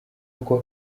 uko